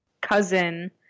cousin